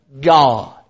God